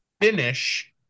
finish